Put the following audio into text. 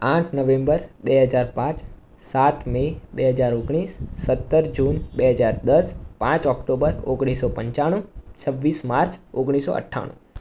આઠ નવેમ્બર બે હજાર પાંચ સાત મે બે હજાર ઓગણીસ સત્તર જૂન બે હજાર દસ પાંચ ઓક્ટોબર ઓગણીસો પંચાણું છવ્વીસ માર્ચ ઓગણીસો અઠ્ઠાણું